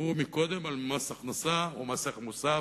דיברו קודם על מס הכנסה או מס ערך מוסף.